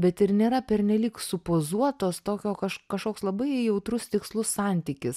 bet ir nėra pernelyg supozuotos tokio kaž kažkoks labai jautrus tikslus santykis